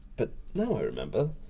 but now i remember,